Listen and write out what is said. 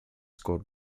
scored